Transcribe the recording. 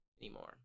anymore